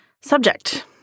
Subject